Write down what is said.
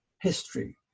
history